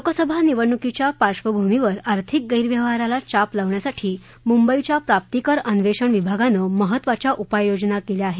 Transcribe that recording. लोकसभा निवडणुकीच्या पार्श्वभूमीवर आर्थिक गैरव्यवहाराला चाप लावण्यासाठी मुंबईच्या प्राप्तीकर अन्वेषण विभागानं महत्त्वाच्या उपाययोजना केल्या आहेत